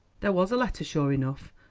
there was the letter sure enough,